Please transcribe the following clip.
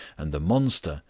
and the monster,